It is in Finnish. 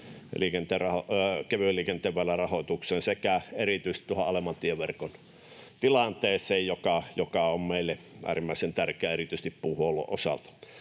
kevyen liikenteen väylärahoitukseen sekä erityisesti tuohon alemman tieverkon tilanteeseen, joka on meille äärimmäisen tärkeä erityisesti puuhuollon osalta.